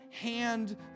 hand